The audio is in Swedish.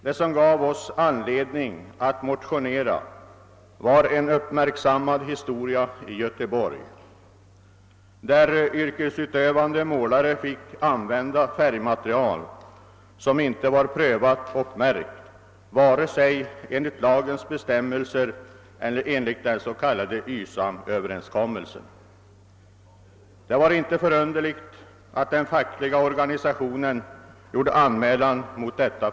Det som gav oss anledning motionera var en uppmärksammad händelse i Göteborg, där yrkesutövande målare fick använda färgmaterial som inte var prö vat och märkt vare sig enligt lagens bestämmelser eller enligt den s.k. YSAM överenskommelsen. Det var inte underligt att den fackliga organisationen gjorde en anmälan mot detta.